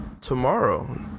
tomorrow